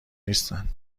نیستند